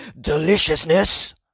deliciousness